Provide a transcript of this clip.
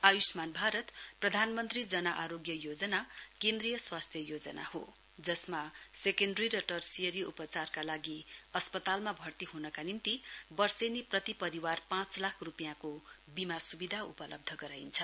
आयुष्मान भारत प्रधानमन्त्री जन आरोग्य योजना केन्द्रीय स्वास्थ्य योजना हो जसमा सेकेडरी टर्शियरी उपचारका लागि अस्पतालमा भर्ती हुनाका निम्ति वर्षेनी प्रति परिवार पाँच लाख रुपियाँको बीमा सुविधा उपलब्ध गराइन्छ